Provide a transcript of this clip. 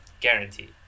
guarantee